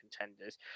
contenders